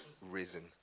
risen